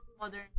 modern